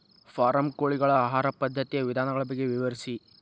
form ಕೋಳಿಗಳ ಆಹಾರ ಪದ್ಧತಿಯ ವಿಧಾನಗಳ ಬಗ್ಗೆ ವಿವರಿಸಿ